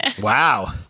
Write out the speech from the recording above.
wow